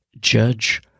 Judge